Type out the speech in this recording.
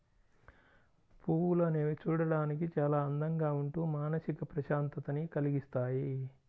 పువ్వులు అనేవి చూడడానికి చాలా అందంగా ఉంటూ మానసిక ప్రశాంతతని కల్గిస్తాయి